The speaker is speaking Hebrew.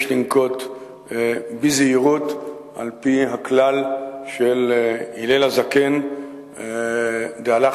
יש לנקוט זהירות על-פי הכלל של הלל הזקן "דעלך